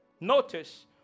Notice